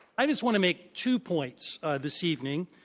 i just want to make two points this evening.